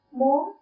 muốn